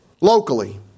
locally